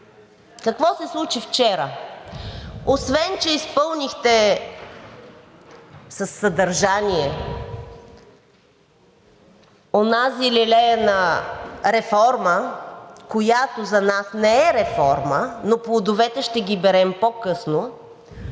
Какво се случи вчера? Освен че изпълнихте със съдържание онази лелеяна реформа, която за нас не е реформа, но плодовете ще ги берем по-късно